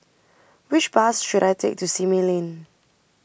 which bus should I take to Simei Lane